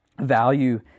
value